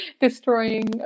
destroying